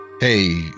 hey